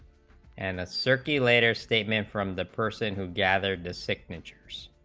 and a circulator statement from the person who gathered the sectors